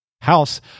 house